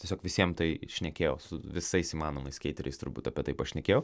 tiesiog visiem tai šnekėjau su visais įmanomais skeiteriais turbūt apie tai pašnekėjau